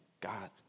God